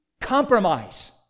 Compromise